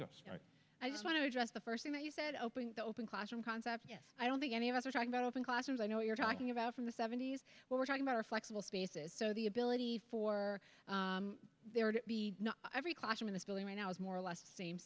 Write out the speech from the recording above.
yes i just want to address the first thing that you said opening the open classroom concept yes i don't think any of us are talking about open classrooms i know you're talking about from the seventy's when we're talking about a flexible spaces so the ability for there to be every classroom in this building right now is more or less the same